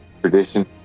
tradition